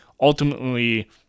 ultimately